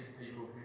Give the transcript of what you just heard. people